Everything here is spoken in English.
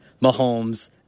Mahomes